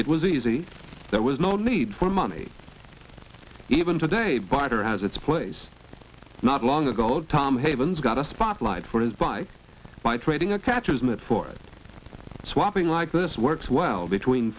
was easy there was no need for money even today barter has its place not long ago tom havens got a spotlight for his bike by trading a catcher's mitt for it swapping like this works well between